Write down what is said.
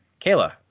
Kayla